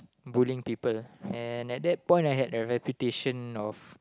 bullying people and at that point I had a reputation of